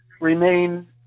remain